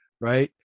Right